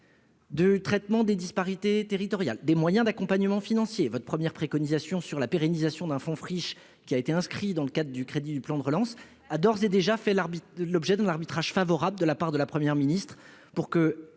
traiter les disparités territoriales, et avec quels moyens d'accompagnement financier. Votre première préconisation sur la pérennisation du fonds friches inscrite dans le plan de relance a d'ores et déjà fait l'objet d'un arbitrage favorable de la part de la Première ministre. À